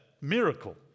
miracle